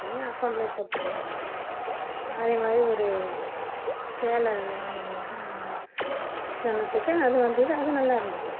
அப்படின்னு அக்கௌண்ட்டில் போட்டுட்டாங்க அதே மாதிரி ஒரு சேலை ஆன் பண்ணினேன் சேனத்துக்கு அது வந்தது அது நல்லாருந்தது